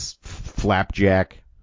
flapjack